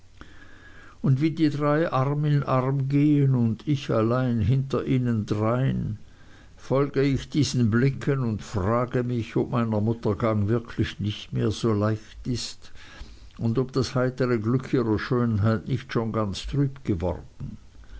und wie die drei arm in arm gehen und ich allein hinter ihnen drein folge ich diesen blicken und frage mich ob meiner mutter gang wirklich nicht mehr so leicht ist und ob das heitere glück ihrer schönheit nicht schon ganz trüb geworden